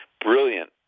brilliant